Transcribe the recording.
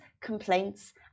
complaints